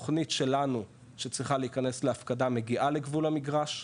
תוכנית שלנו שצריכה להיכנס להפקדה מגיעה לגבול המגרש,